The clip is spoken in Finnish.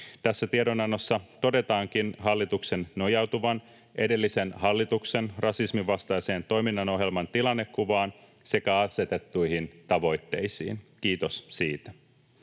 Tässä tiedonannossa todetaankin hallituksen nojautuvan edellisen hallituksen rasismin vastaisen toiminnan ohjelman tilannekuvaan sekä asetettuihin tavoitteisiin — kiitos siitä.